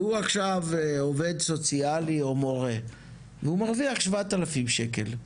שהוא עכשיו עובד סוציאלי או מורה ומרוויח 7,000 שקלים.